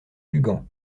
cugand